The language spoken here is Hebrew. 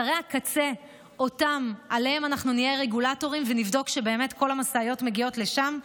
באתרי הקצה נהיה רגולטורים ונבדוק שבאמת כל המשאיות מגיעות לשם.